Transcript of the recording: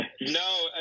no